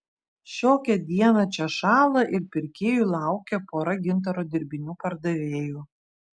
šiokią dieną čia šąla ir pirkėjų laukia pora gintaro dirbinių pardavėjų